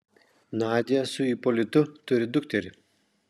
nadia su ipolitu turi dukterį